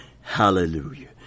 Hallelujah